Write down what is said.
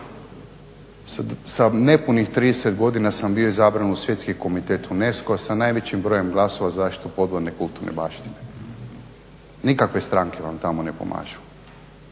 sa nepunih 30 godina sam bio izabran u Svjetski komitet UNESCO-a sa najvećim brojem glasova za zaštitu podvodne kulturne baštine. Nikakve stranke vam tamo ne pomažu.